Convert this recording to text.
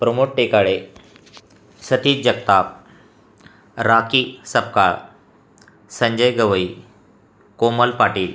Pramod Tekale Sati Jagtap Raki Sapkal Sanjay Gavai Komal Patil